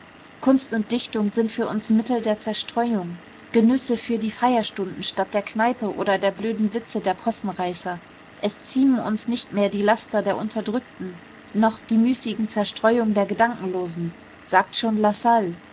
kunst und dichtung sind für uns mittel der zerstreuung genüsse für die feierstunden statt der kneipe oder der blöden witze der possenreißer es ziemen uns nicht mehr die laster der unterdrückten noch die müßigen zerstreuungen der gedankenlosen sagt schon lassalle